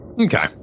Okay